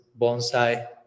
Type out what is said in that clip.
bonsai